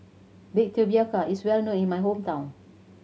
baked tapioca is well known in my hometown